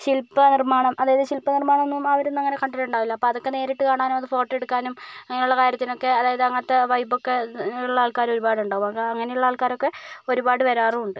ശിൽപ്പ നിർമ്മാണം അതായത് ശിൽപ്പ നിർമ്മാണമൊന്നും അവർ ഒന്നും അങ്ങനെ കണ്ടിട്ടുണ്ടാവില്ല അപ്പോൾ അതൊക്കെ നേരിട്ട് കാണാനും അത് ഫോട്ടോ എടുക്കാനും അങ്ങനെയുള്ള കാര്യത്തിനൊക്കെ അതായത് അങ്ങനത്തെ വൈബൊക്കെ ഉള്ള ആൾക്കാർ ഒരുപാട് ഉണ്ടാകും അങ്ങനെ ഉള്ള ആൾക്കാരൊക്കെ ഒരുപാട് വരാറും ഉണ്ട്